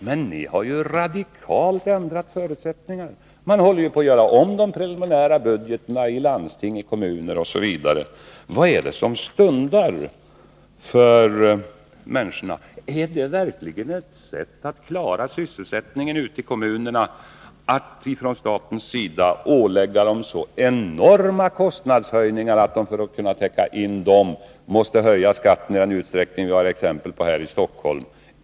Men ni socialdemokrater har ju radikalt ändrat förutsättningarna. Man håller på att göra om de preliminära budgetarna i landsting, kommuner osv. Vad är det som stundar för människorna? Är det verkligen ett sätt att klara sysselsättningen ute i kommunerna att ifrån statens sida ålägga dem så enorma kostnadshöjningar att de för att kunna täcka in dem måste höja skatten i den utsträckning som vi har exempel på i Stockholm?